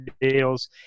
deals